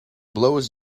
blows